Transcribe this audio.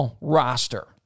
roster